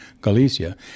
Galicia